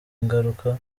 ingaruka